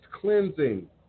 cleansing